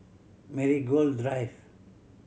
Marigold Drive